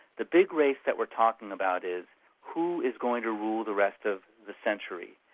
the big race that we're talking about is who is going to rule the rest of the century?